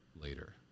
later